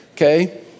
Okay